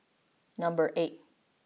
number eight